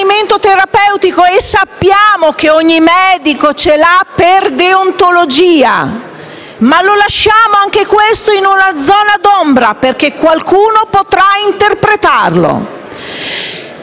sappiamo che ogni medico ha questo divieto per deontologia ma lasciamo anche questo in una zona d'ombra, perché qualcuno possa interpretarlo.